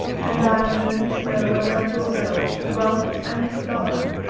and i am known to no one but yourself, ralph, and clara,